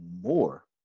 more